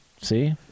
See